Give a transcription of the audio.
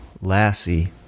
Lassie